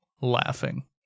laughing